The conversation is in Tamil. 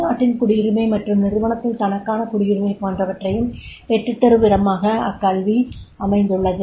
நாட்டின் குடியுரிமை மற்றும் நிறுவனத்தில் தனக்கான குடியுரிமை போன்றவற்றையும் பெற்றுத்தரும் விதமாக அக்கல்வி உள்ளது